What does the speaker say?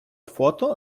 фото